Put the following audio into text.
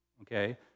okay